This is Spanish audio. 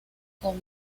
con